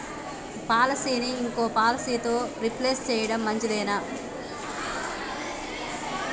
పాలసీని ఇంకో పాలసీతో రీప్లేస్ చేయడం మంచిదేనా?